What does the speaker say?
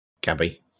Gabby